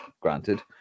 granted